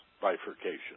bifurcation